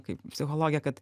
kaip psichologė kad